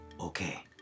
okay